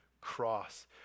cross